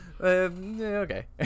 Okay